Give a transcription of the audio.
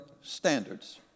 standards